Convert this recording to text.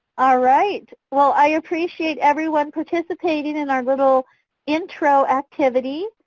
ah right. well, i appreciate everyone participating in our little intro activity.